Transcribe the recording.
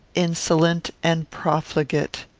insolent, and profligate.